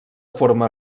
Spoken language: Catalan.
forma